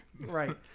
right